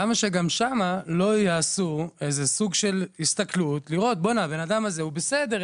למה שגם שם לא איזה סוג של הסתכלות לראות שהבן אדם הזה הוא יחסית בסדר.